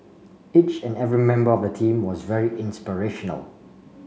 each and every member of the team was very inspirational